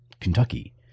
kentucky